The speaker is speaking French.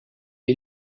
est